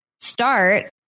start